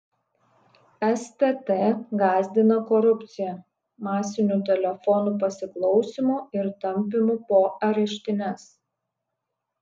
stt gąsdina korupcija masiniu telefonų pasiklausymu ir tampymu po areštines